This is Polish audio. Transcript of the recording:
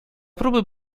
próby